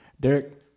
Derek